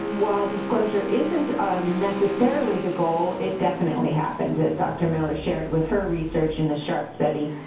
while disclosure isn't necessarily the goal, it definitely happens, as dr. miller shared with her research in the sharp study.